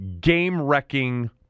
game-wrecking